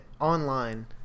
online